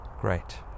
Great